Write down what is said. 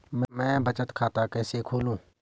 मैं बचत खाता कैसे खोलूँ?